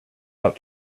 out